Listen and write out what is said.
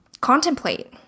contemplate